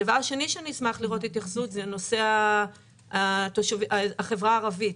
הדבר השני שאני אשמח לראות התייחסות זה נושא החברה הערבית,